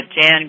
Jan